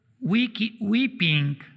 weeping